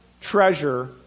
treasure